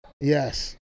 Yes